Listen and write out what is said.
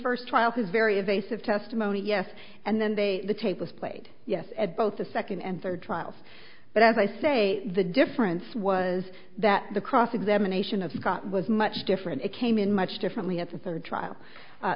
first trial his very evasive testimony yes and then they the tape was played yes at both the second and third trials but as i say the difference was that the cross examination of scott was much different it came in much differently at the third trial